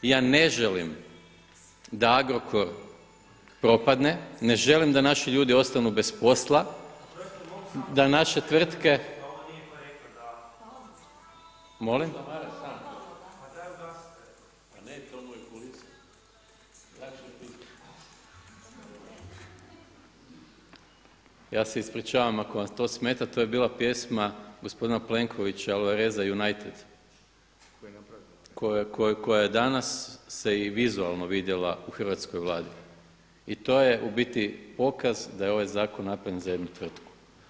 I ja ne želim da Agrokor propadne, ne želim da naši ljudi ostanu bez posla, da naše tvrtke, …… [[Upadica se ne čuje.]] Ja se ispričavam ako vam to smeta, to je bila pjesma gospodina Plenkovića Alvareza „United“, koja je danas se i vizualno vidjela u hrvatskoj Vladi i to je u biti pokaz da je ovaj zakon napravljen za jednu tvrtku.